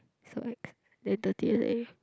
so ex then thirty leh